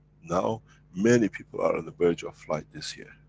now many people are on the verge of flight this year.